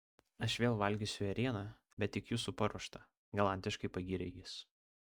aš vėl valgysiu ėrieną bet tik jūsų paruoštą galantiškai pagyrė jis